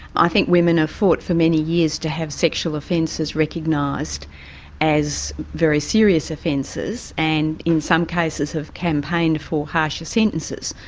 i think women have fought for many years to have sexual offences recognised as very serious offences, and in some cases have campaigned for harsher sentences.